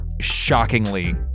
shockingly